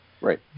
Right